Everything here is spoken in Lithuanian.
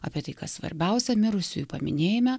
apie tai kas svarbiausia mirusiųjų paminėjime